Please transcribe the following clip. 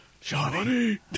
Johnny